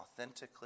authentically